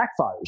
backfires